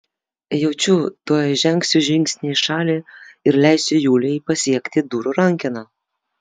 jaučiu tuoj žengsiu žingsnį į šalį ir leisiu julijai pasiekti durų rankeną